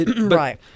Right